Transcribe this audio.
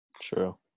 True